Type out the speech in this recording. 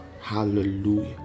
hallelujah